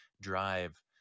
drive